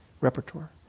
Repertoire